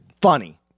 Funny